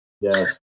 Yes